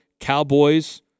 Cowboys